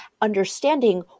understanding